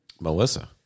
Melissa